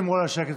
שמרו על השקט,